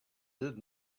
did